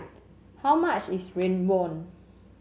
how much is rawon